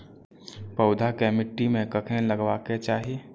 पौधा के मिट्टी में कखेन लगबाके चाहि?